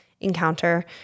encounter